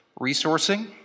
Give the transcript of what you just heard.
resourcing